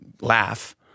laugh